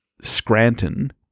Scranton